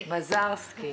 מזרסקי.